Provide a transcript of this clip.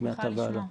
שמחה לשמוע.